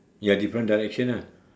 ya different direction ah